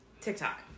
TikTok